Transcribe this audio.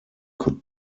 could